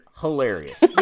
hilarious